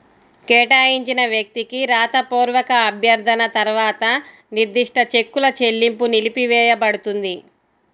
కేటాయించిన వ్యక్తికి రాతపూర్వక అభ్యర్థన తర్వాత నిర్దిష్ట చెక్కుల చెల్లింపు నిలిపివేయపడుతుంది